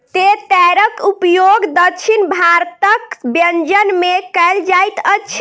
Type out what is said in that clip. तेतैरक उपयोग दक्षिण भारतक व्यंजन में कयल जाइत अछि